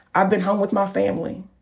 i've been home with my family.